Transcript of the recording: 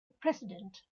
president